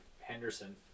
Henderson